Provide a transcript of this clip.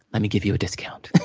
let me give you a discount.